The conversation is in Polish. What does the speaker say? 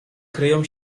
kryją